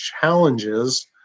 challenges